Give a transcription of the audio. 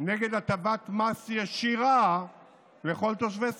נגד הטבת מס ישירה לכל תושבי סח'נין?